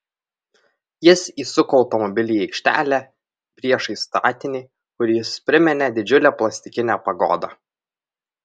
jis įsuko automobilį į aikštelę priešais statinį kuris priminė didžiulę plastikinę pagodą